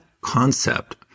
concept